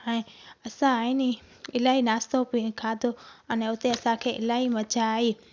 ऐं असां आइनी इलाही नाश्तो बि खाधो अने उते असांखे इलाही मज़ा आई